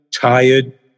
Tired